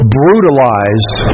brutalized